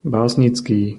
básnický